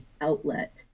outlet